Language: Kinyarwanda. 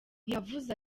yavuze